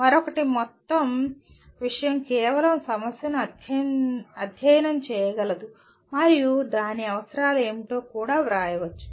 మరొకటి మరియు మొత్తం విషయం కేవలం సమస్యను అధ్యయనం చేయగలదు మరియు దాని అవసరాలు ఏమిటో కూడా వ్రాయవచ్చు